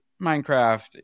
minecraft